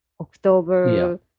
October